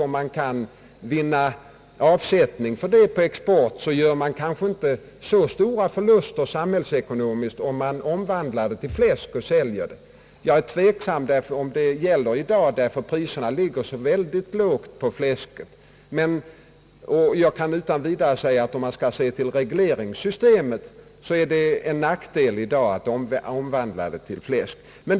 Om man kan vinna avsättning för fläsket genom export, så gör man kanske inte så stora förluster, samhällsekonomiskt sett, om man omvandlar fodret till fläsk och säljer det. Jag är dock tveksam om detta gäller i dag, ty priserna på fläsk ligger ytterst lågt. Jag kan utan vidare säga att om man skall se enbart till regleringssystemet, så är det en nackdel att omvandla fodret till fläsk.